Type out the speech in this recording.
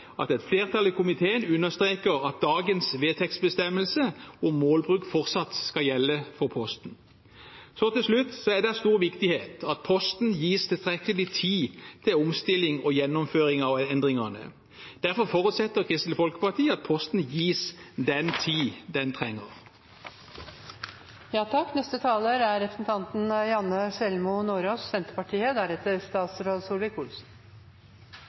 at et flertall i komiteen understreker at dagens vedtektsbestemmelse om målbruk fortsatt skal gjelde for Posten. Til slutt: Det er av stor viktighet at Posten gis tilstrekkelig med tid til omstilling og gjennomføring av endringene. Derfor forutsetter Kristelig Folkeparti at Posten gis den tid de trenger. For Senterpartiet er